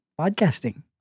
podcasting